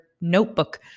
notebook